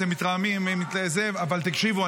אתם מתרעמים, אבל תקשיבו.